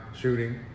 shooting